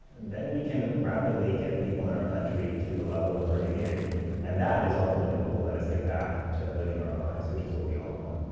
then we can rapidly get people in our country to the level of herd immunity and that is ultimately what will let us get back to living our lives, which what we all want.